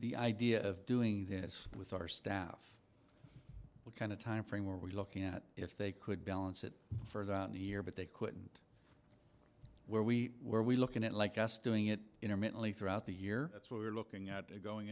the idea of doing this with our staff what kind of timeframe are we looking at if they could balance it further out here but they couldn't where we were we looking at like us doing it intermittently throughout the year that's what we're looking at it going